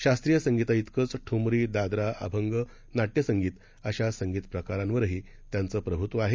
शास्त्रीय संगीताइतकंच ठुमरी दादरा अभंग नाट्यसंगीत अशा संगीत प्रकारांवरही त्यांचं प्रभुत्व आहे